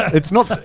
it's not,